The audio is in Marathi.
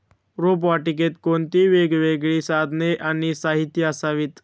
रोपवाटिकेत कोणती वेगवेगळी साधने आणि साहित्य असावीत?